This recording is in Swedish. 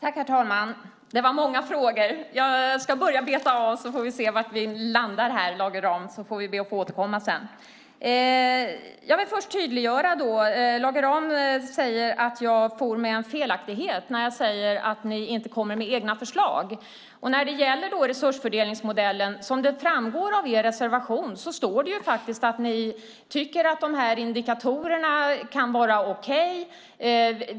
Herr talman! Det var många frågor. Jag ska börja beta av dem, så får vi se var vi landar, Lage Rahm. Vi får väl be att få återkomma sedan. Jag ska tydliggöra några saker. Lage Rahm säger att jag for med en felaktighet när jag sade att ni inte kommer med egna förslag. När det gäller resursfördelningsmodellen framgår det i er reservation att ni tycker att indikatorerna kan vara okej.